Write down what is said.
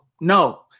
no